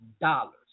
dollars